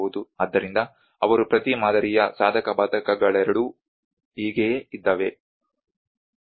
ಆದ್ದರಿಂದ ಅವರು ಪ್ರತಿ ಮಾದರಿಯ ಸಾಧಕ ಬಾಧಕಗಳೆರಡೂ ಹೀಗೆಯೇ ಇದ್ದಾವೆ